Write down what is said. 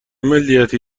ملیتی